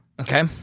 Okay